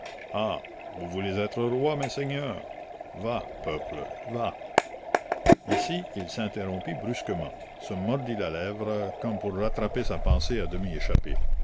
ah vous voulez être rois messeigneurs va peuple va ici il s'interrompit brusquement se mordit la lèvre comme pour rattraper sa pensée à demi échappée